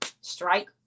strike